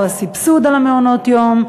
לא הסבסוד למעונות יום,